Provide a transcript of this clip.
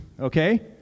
okay